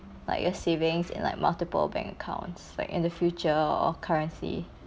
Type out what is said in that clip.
like your savings in like multiple bank accounts like in the future or currency